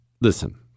listen